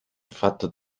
fatto